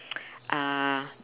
uh